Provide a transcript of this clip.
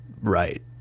right